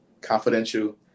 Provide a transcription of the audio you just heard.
confidential